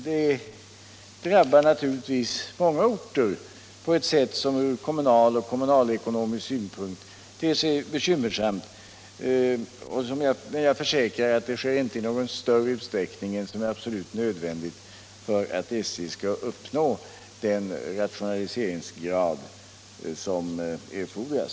Det drabbar naturligtvis många orter på ett sätt som ur kommunal och kommunalekonomisk synpunkt ter sig bekymmersamt. Men jag försäkrar att detta inte sker i större utsträckning än som är absolut nödvändigt för att SJ skall uppnå den rationaliseringsgrad som erfordras.